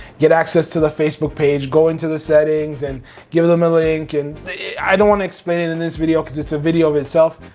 get access to the facebook page, go into the settings and give them a link and i don't wanna explain it in this video cause it's a video of itself.